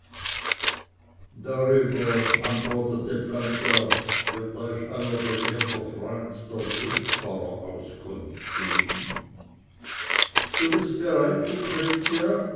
darüber antwortete planta wird euch euer gelehrter freund der blutpfarrer auskunft geben du bist bereit lucretia